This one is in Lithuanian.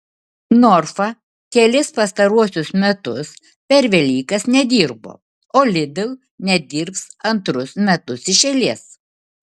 norfa kelis pastaruosius metus per velykas nedirbo o lidl nedirbs antrus metus iš eilės